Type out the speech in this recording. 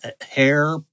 hair